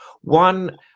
One